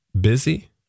busy